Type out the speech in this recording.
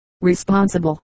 responsible